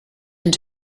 and